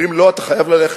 אומרים: לא, אתה חייב ללכת.